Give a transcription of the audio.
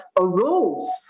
arose